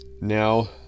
Now